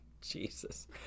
Jesus